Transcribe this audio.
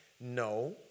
No